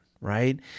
right